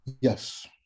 Yes